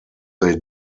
they